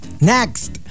Next